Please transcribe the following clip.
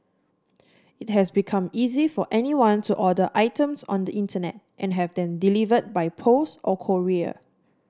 it has become easy for anyone to order items on the Internet and have them delivered by post or courier